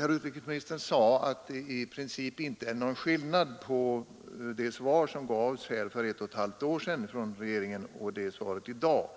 Herr utrikesministern sade att det i princip inte är någon skillnad på det svar som regeringen gav för ett och ett halvt år sedan och svaret i dag.